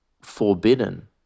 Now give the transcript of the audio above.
forbidden